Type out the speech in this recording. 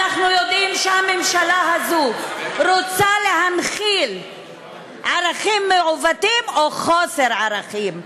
אנחנו יודעים שהממשלה הזאת רוצה להנחיל ערכים מעוותים או חוסר ערכים,